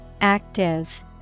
active